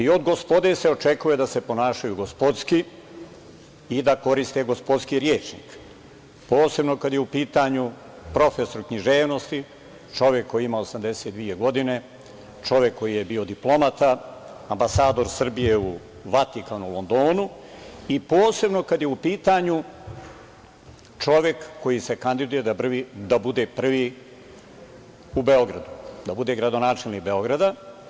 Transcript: Od „GOSPODE“ se očekuje da se ponašaju gospodski i da koriste gospodski rečnik, posebno kada je u pitanju profesor književnosti, čovek koji ima 82 godine, čovek koji je bio diplomata, ambasador Srbije u Vatikanu i u Londonu i posebno kada je u pitanju čovek koji se kandiduje da bude prvi u Beogradu, da bude gradonačelnik Beograda.